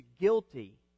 guilty